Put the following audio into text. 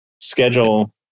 schedule